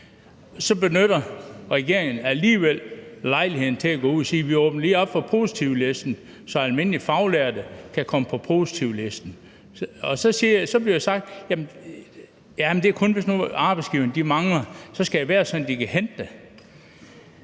benytter lejligheden til at gå ud at sige: Vi åbner lige op for positivlisten, så almindelige faglærte kan komme på positivlisten. Så bliver der sagt, at det kun er, hvis arbejdsgiverne mangler arbejdskraft, for så skal det være sådan, at de kan hente den.